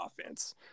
offense